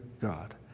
God